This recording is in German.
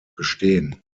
bestehen